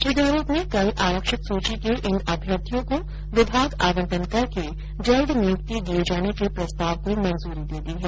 श्री गहलोत ने कल आरक्षित सूची के इन अभ्यर्थियों को विभाग आवंटन करके जल्द नियुक्ति दिए जाने के प्रस्ताव को मंजूरी दे दी है